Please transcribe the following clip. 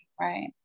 right